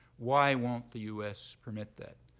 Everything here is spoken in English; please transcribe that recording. why won't the us permit that?